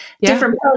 different